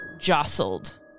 jostled